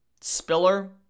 Spiller